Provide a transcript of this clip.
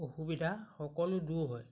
অসুবিধা সকলো দূৰ হয়